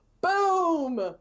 Boom